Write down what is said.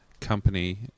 company